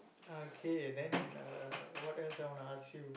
okay then uh what else I wanna ask you